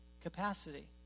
Capacity